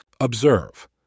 Observe